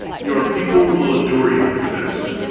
your people will adore you for this.